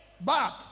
back